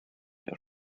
der